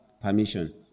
permission